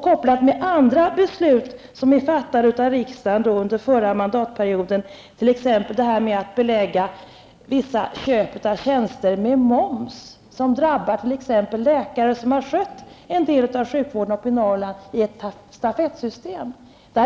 Kopplat med andra beslut som fattades av riksdagen under förra mandatperioden, t.ex. att vissa köp av tjänster beläggs med moms, vilket drabbar bl.a. läkare som har skött en del av sjukvården uppe i Norrland i ett stafettsystem,